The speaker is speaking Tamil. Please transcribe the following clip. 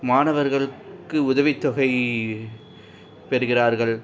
மாணவர்களுக்கு உதவித்தொகை பெறுகிறார்கள்